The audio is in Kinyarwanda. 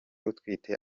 utwite